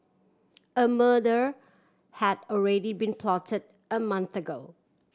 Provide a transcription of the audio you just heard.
a murder had already been plotted a month ago